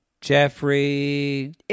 Jeffrey